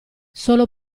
solo